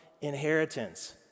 inheritance